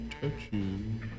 touching